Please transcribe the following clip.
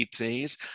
ETs